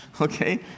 okay